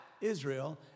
Israel